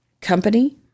company